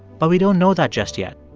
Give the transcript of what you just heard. but we don't know that just yet.